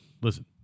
Listen